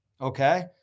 Okay